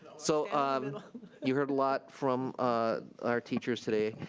so ah um and you heard a lot from our teachers today.